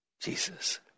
Jesus